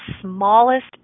smallest